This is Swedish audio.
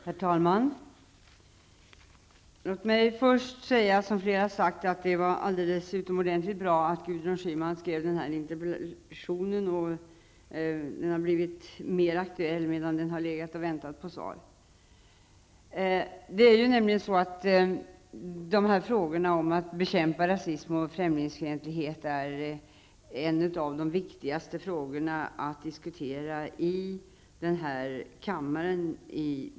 Herr talman! Till att börja med vill jag instämma med flera av de tidigare talarna och säga att det var utomordentligt bra att Gudrun Schyman framställde den här interpellationen. Interpellationen har blivit än mer aktuell medan den har legat och väntat på svar. Frågan om att bekämpa rasism och främlingsfientlighet är i dag en av de viktigaste frågorna att diskutera i denna kammare.